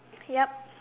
yeap